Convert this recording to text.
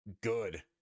good